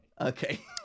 okay